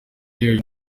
uyu